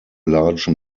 large